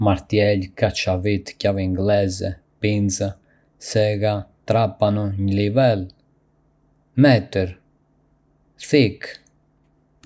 Ka shumë lloje mjetesh, si çekan, përshkues, çelës anglez, pincë, sägë, perforator, nivel, metër dhe thikë. Çdo mjet ka një funksion specifik dhe përdoret në projekte të ndryshme ndërtimi dhe riparimi.